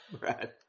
Right